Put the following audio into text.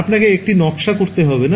আপনাকে এটির নকশা করতে হবে না